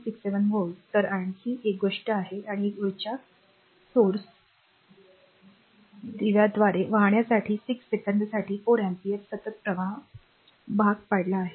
67 volt तर आणि आणखी एक गोष्ट आहे आणि उर्जा स्त्रोताने दिवाद्वारे वाहण्यासाठी 6 सेकंदासाठी 4 अँपिअरचा सतत प्रवाह भाग पाडला आहे